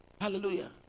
Hallelujah